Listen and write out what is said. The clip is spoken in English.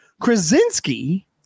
krasinski